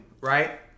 right